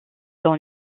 dans